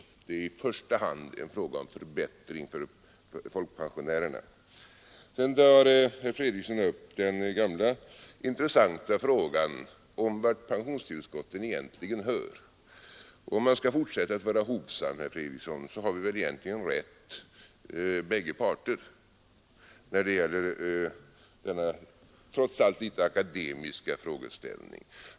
Det är i första hand en fråga om förbättring för folkpensionärerna. Sedan drar herr Fredriksson upp den gamla intressanta frågan om vart pensionstillskotten egentligen hör. Om man skall fortsätta att vara hovsam, herr Fredriksson, har väl egentligen båda parter rätt när det gäller denna trots allt litet akademiska frågeställning.